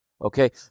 okay